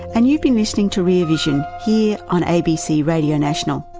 and you've been listening to rear vision, here on abc radio national.